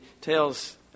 tells